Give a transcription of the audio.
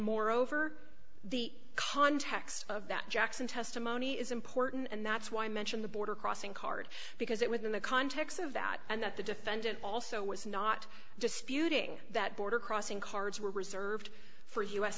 moreover the context of that jackson testimony is important and that's why i mentioned the border crossing card because it within the context of that and that the defendant also was not disputing that border crossing cards were reserved for u